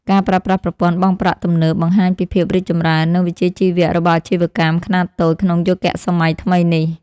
ការប្រើប្រាស់ប្រព័ន្ធបង់ប្រាក់ទំនើបបង្ហាញពីភាពរីកចម្រើន និងវិជ្ជាជីវៈរបស់អាជីវកម្មខ្នាតតូចក្នុងយុគសម័យថ្មីនេះ។